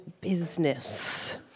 business